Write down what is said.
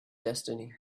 destiny